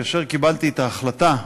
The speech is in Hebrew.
כאשר קיבלתי את ההחלטה,